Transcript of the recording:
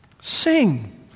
Sing